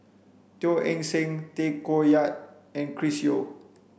Teo Eng Seng Tay Koh Yat and Chris Yeo